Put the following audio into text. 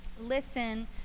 Listen